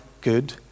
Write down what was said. good